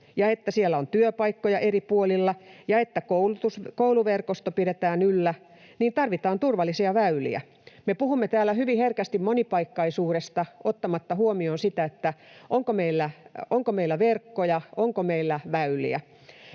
että siellä on työpaikkoja eri puolilla ja että kouluverkostoa pidetään yllä, niin tarvitaan turvallisia väyliä. Me puhumme täällä hyvin herkästi monipaikkaisuudesta ottamatta huomioon sitä, onko meillä verkkoja, onko meillä väyliä.